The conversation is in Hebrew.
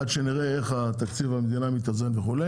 עד שנראה איך תקציב המדינה מתאזן וכו',